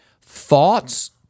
Thoughts